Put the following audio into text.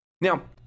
Now